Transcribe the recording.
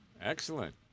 Excellent